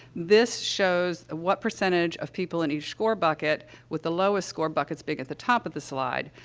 this shows ah what percentage of people in each score bucket, with the lowest score buckets being at the top of the slide,